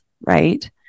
right